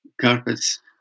carpets